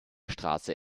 straße